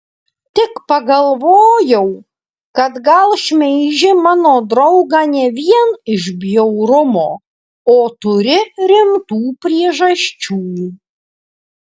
tik pagalvojau kad gal šmeiži mano draugą ne vien iš bjaurumo o turi rimtų priežasčių